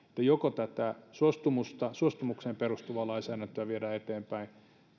että joko tätä suostumukseen perustuvaa lainsäädäntöä viedään eteenpäin